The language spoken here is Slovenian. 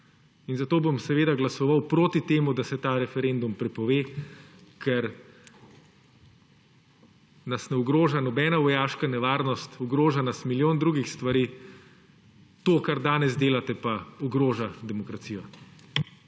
Zato bom glasoval proti temu, da se ta referendum prepove, ker nas ne ogroža nobena vojaška nevarnost. Ogroža nas milijon drugih stvari. To, kar danes delate, pa ogroža demokracijo.